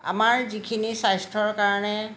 আমাৰ যিখিনি স্বাস্থ্যৰ কাৰণে